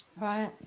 right